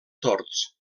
tords